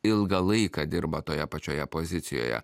ilgą laiką dirba toje pačioje pozicijoje